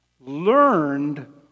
learned